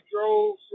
drove